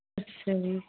ਅੱਛਾ ਜੀ